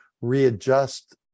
readjust